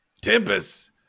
Tempest